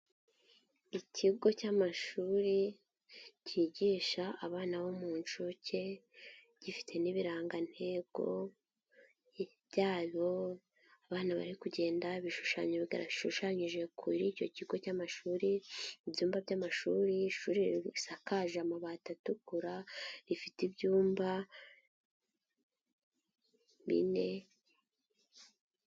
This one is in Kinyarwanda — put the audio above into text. Ikigo cy'amashuri kigisha abana bo mu nshuke, gifite n'ibirangantego byabo, abana bari kugenda ibishushanyo bishushanyije kuri icyo kigo cy'amashuri, ibyumba by'amashuri ishuri risakaje amabati atukura, rifite ibyumba bine.